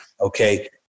Okay